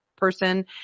Person